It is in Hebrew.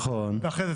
נכון.